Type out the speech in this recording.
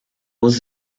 muss